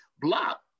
block